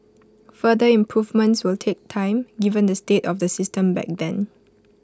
further improvements will take time given the state of the system back then